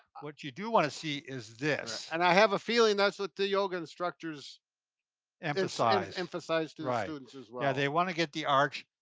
what you do wanna see is this. and i have a feeling that's what the yoga instructors emphasize. emphasize to the students as well. yeah, they wanna get the arch.